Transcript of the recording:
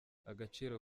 agaciro